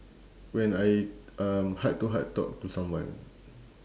when I um heart to heart talk to someone